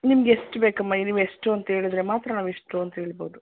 ನಿಮ್ಗೆ ಎಷ್ಟು ಬೇಕಮ್ಮ ನೀವು ಎಷ್ಟೂಂತ ಹೇಳಿದರೆ ಮಾತ್ರ ನಾವು ಇಷ್ಟೂಂತ ಹೇಳ್ಬೌದು